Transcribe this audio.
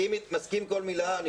אני מסכים עם כל מילה.